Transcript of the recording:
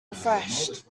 refreshed